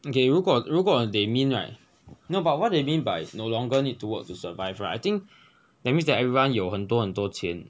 okay 如果如果 they mean right no but what they mean by no longer need to work to survive right I think that means that everyone 有很多很多钱